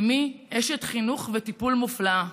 אימי, אשת חינוך וטיפול מופלאה,